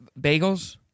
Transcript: bagels